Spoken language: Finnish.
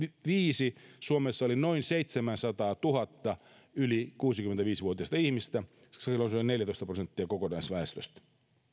suomessa oli noin seitsemänsataatuhatta yli kuusikymmentäviisi vuotiasta ihmistä silloin se oli neljätoista prosenttia kokonaisväestöstä